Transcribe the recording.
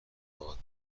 مطابقت